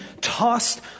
tossed